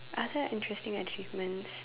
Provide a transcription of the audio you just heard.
other interesting achievements